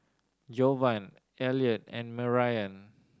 Jovan Elliot and Marion